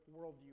worldview